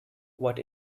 what